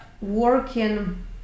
working